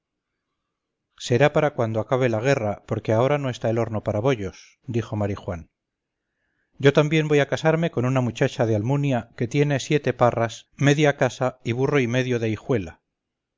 será para cuando acabe la guerra porque ahora no está el horno para bollos dijo marijuán yo también voy a casarme con una muchacha de almunia que tiene siete parras media casa y burro y medio de hijuela